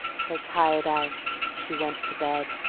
till tired out she went to bed.